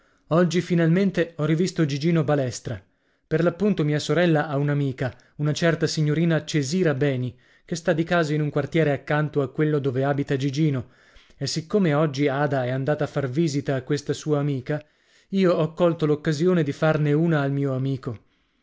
oggi finalmente ho rivisto gigino balestra per l'appunto mia sorella ha un'amica una certa signorina cesira beni che sta di casa in un quartiere accanto a quello dove abita gigino e siccome oggi ada è andata a far visita a questa sua amica io ho colto l'occasione di farne una al mio amico